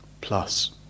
plus